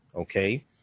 Okay